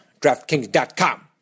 DraftKings.com